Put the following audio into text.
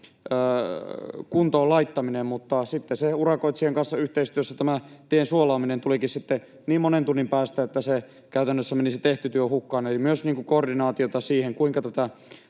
kuntoon laittaminen, mutta urakoitsijan kanssa yhteistyössä tämä tien suolaaminen tulikin sitten niin monen tunnin päästä, että käytännössä meni se tehty työ hukkaan. Eli tarvitaan myös koordinaatiota siihen, kuinka tätä